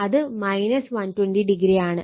അത് 120o ആണ്